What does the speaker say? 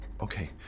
Okay